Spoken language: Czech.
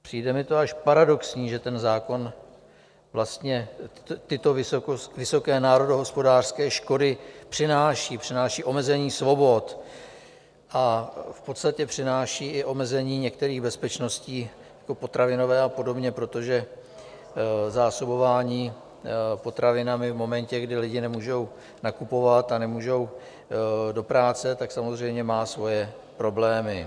Přijde mi to až paradoxní, že ten zákon vlastně tyto vysoké národohospodářské škody přináší, přináší omezení svobod a v podstatě přináší i omezení některých bezpečností jako potravinové a podobně, protože zásobování potravinami v momentě, kdy lidi nemůžou nakupovat a nemůžou do práce, tak samozřejmě má svoje problémy.